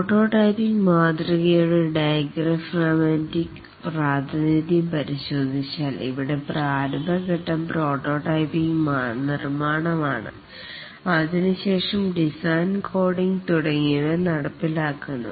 prototyping മാതൃകയുടെ diagrammatic പ്രാതിനിധ്യം പരിശോധിച്ചാൽ ഇവിടെ പ്രാരംഭ ഫേസ് പ്രോട്ടോടൈപ്പ് നിർമാണമാണ് അതിനുശേഷം ഡിസൈൻ കോഡിങ് തുടങ്ങിയവ നടപ്പിലാക്കുന്നു